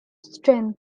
strength